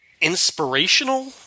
inspirational